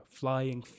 flying